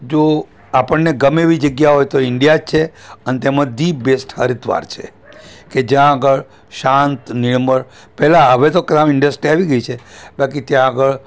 જો આપણને ગમે એવી જગ્યા હોય તો ઈન્ડિયા જ છે અને તેમાં ધી બેસ્ટ હરિદ્વાર છે કે જ્યાં આગળ શાંત નિર્મળ પહેલાં હવે તો ક્રાઉન ઇન્ડસ્ટ્રી આવી ગઈ છે બાકી ત્યાં આગળ